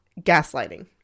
gaslighting